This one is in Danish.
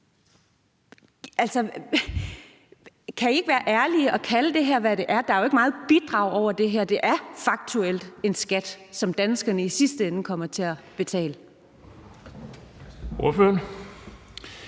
Kan I ikke være ærlige og kalde det her, hvad det er? Der er jo ikke meget bidrag over det her. Det er faktuelt en skat, som danskerne i sidste ende kommer til at betale.